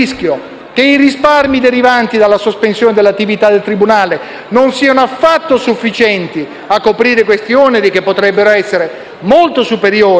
che i risparmi derivanti dalla sospensione dell'attività del tribunale non siano affatto sufficienti a coprire questi oneri, che potrebbero essere molto superiori